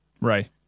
Right